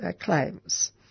claims